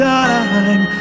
time